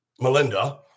Melinda